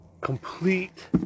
complete